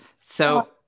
So-